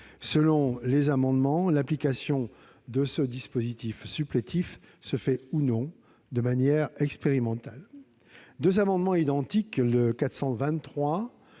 Selon les amendements, l'application de ce dispositif supplétif se fait, ou non, de manière expérimentale. Deux autres amendements identiques- les